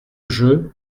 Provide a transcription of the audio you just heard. jeu